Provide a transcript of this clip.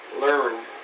learn